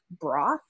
broth